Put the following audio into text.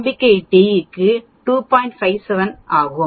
57 ஆகும்